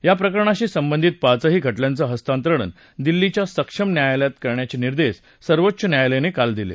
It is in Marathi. या प्रकरणाशी संबंधित पाचही खटल्यांचं हस्तांतरण दिल्लीतल्या सक्षम न्यायालयात करण्याचे निर्देश सर्वोच्च न्यायालयानं काल दिले